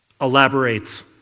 elaborates